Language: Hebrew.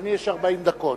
לאדוני יש 40 דקות.